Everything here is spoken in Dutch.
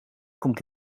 komt